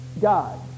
God